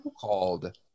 called